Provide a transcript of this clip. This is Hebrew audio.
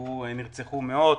בהם נרצחו מאות,